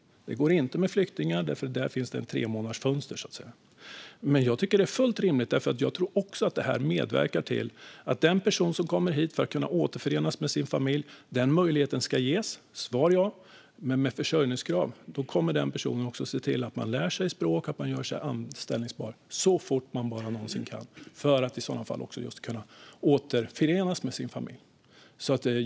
Det går inte med flyktingar. Där finns ett tremånadersfönster. Jag tycker att det är fullt rimligt. Jag tror också att det medverkar till att den person som kommer hit för att återförenas med sin familj ska ges den möjligheten. Men med ett försörjningskrav kommer den personen att se till att man lär sig språk och gör sig anställbar så fort man någonsin kan, just för att i sådana fall kunna återförenas med sin familj.